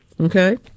Okay